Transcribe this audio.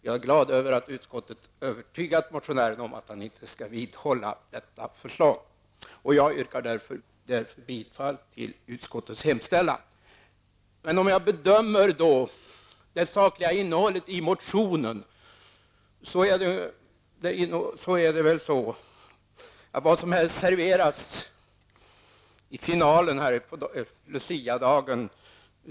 Jag är glad över att utskottet har kunnat övertyga motionären om att han inte skall vidhålla sina förslag. Jag yrkar därför bifall till utskottets hemställan. Om jag då skall bedöma det sakliga innehållet i motionen kan jag väl säga så här: Vad som helst serveras i finalen på Luciadagen.